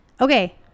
Okay